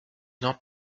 not